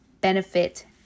benefit